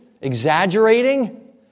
exaggerating